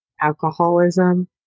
alcoholism